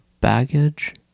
baggage